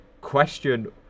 question